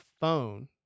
phone